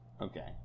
Okay